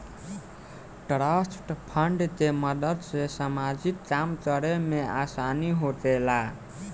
trust fund के मदद से सामाजिक काम करे में आसानी होखेला